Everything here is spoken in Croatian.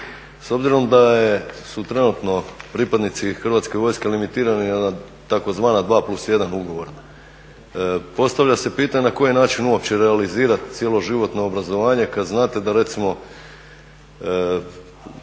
S obzirom da su trenutno pripadnici Hrvatske vojske limitirani na tzv. 2+1 ugovora, postavlja se pitanje na koji način uopće realizirati cjeloživotno obrazovanje kada znate da recimo